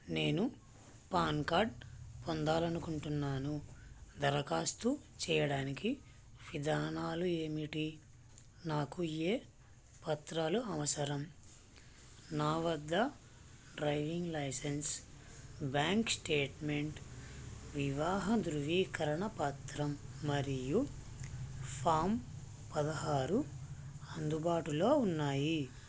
నేను PAN card పొందాలి అనుకుంటున్నాను దరఖాస్తు చేయడానికి విధానాలు ఏమిటి నాకు ఏ పత్రాలు అవసరం నా వద్ద డ్రైవింగ్ లైసెన్స్ బ్యాంక్ స్టేట్మెంట్ వివాహ ధృవీకరణ పత్రం మరియు ఫామ్ పదహారు అందుబాటులో ఉన్నాయి